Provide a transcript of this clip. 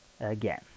Again